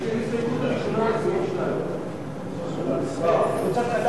שהיא ההסתייגות הראשונה לסעיף 2. אוקיי.